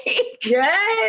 Yes